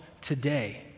today